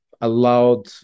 allowed